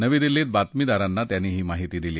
नवी दिल्लीत बातमीदारांना त्यांनी ही माहिती दिली